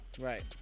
Right